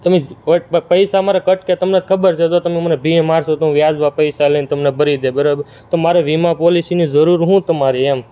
તમે પૈસા મારા કટકે તમને ખબર છે જો તમે મને ભીંસ મારશો તો હું વ્યાજમાં પૈસા લઈને તમને ભરી દે બરાબર તો મારે વીમા પોલિસીની જરૂર શું તમારી એમ